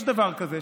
יש דבר כזה,